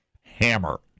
Hammer